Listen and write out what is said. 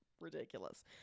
ridiculous